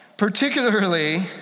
Particularly